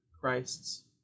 Christ's